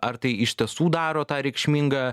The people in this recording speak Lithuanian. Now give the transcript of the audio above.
ar tai iš tiesų daro tą reikšmingą